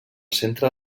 centre